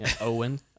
Owen